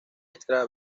extra